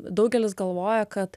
daugelis galvoja kad